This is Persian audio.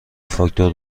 فاکتور